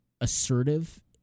assertive